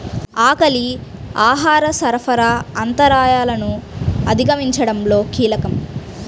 ఆకలి ఆహార సరఫరా అంతరాయాలను అధిగమించడంలో కీలకం